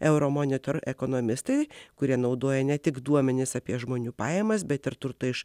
euro monitor ekonomistai kurie naudoja ne tik duomenis apie žmonių pajamas bet ir turtą iš